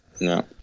No